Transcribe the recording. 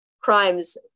crimes